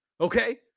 Okay